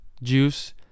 Juice